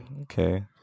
okay